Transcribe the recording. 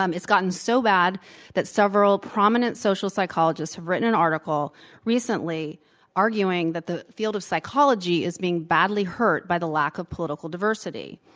um it's gotten so bad that several prominent social psychologists have written an article recently arguing that the field of psychology is being badly hurt by the lack of political diversity.